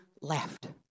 left